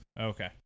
Okay